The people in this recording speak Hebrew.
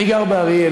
אני גר באריאל,